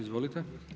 Izvolite.